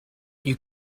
you